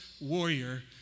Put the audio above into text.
warrior